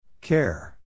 Care